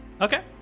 Okay